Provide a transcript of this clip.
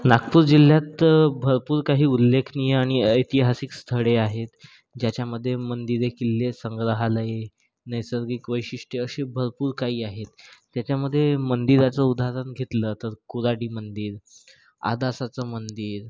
नागपूर जिल्ह्यात भरपूर काही उल्लेखनीय आणि ऐतिहासिक स्थळे आहेत ज्याच्यामध्ये मंदिरे किल्ले संग्रहालये नैसर्गिक वैशिष्ट्यं अशी भरपूर काही आहेत ज्याच्यामध्ये मंदिराचं उदाहरण घेतलं तर कुऱ्हाडी मंदिर आदासाचं मंदिर